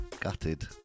Gutted